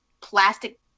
plastic